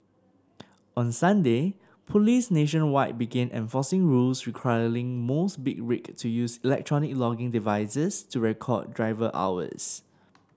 on Sunday police nationwide began enforcing rules requiring most big rig to use electronic logging devices to record driver hours